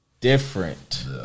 different